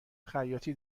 خیاطی